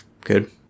good